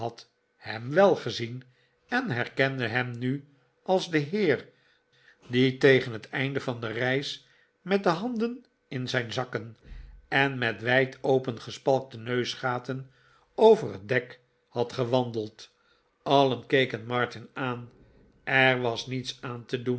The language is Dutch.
hem wel gezien en herkeride hem nu als den heer die tegen het einde van de reis met de handen in zijn zakken en met wijd opengespalkte neusgaten over het dek had gewandeld allen keken martin aan er was niets aan te doen